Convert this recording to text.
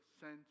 sent